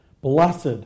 Blessed